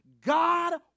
God